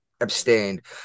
Abstained